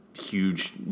huge